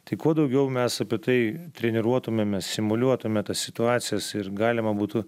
tai kuo daugiau mes apie tai treniruotumėmės simuliuotume tas situacijas ir galima būtų